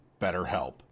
BetterHelp